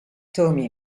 tommy